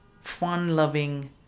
fun-loving